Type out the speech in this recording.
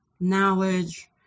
knowledge